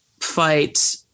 fight